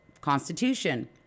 Constitution